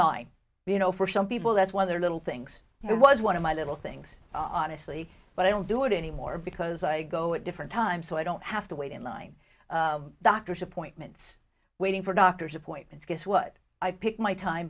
line you know for some people that's one of the little things and it was one of my little things honestly but i don't do it anymore because i go at different times so i don't have to wait in line doctor's appointments waiting for doctor's appointments guess what i pick my time